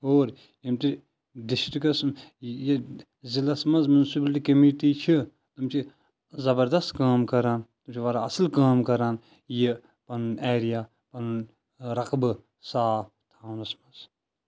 اور یم تہِ ڈسٹکس ییٚتہِ ضلعس منٛز منسپلٹی کمیٹی چھِ تم چھِ زبردست کٲم کران تم چھِ واریاہ اصل کٲم کران یہ پنُن ایریا پنُن رقبہٕ صاف تھاونس منٛز